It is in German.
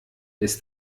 ist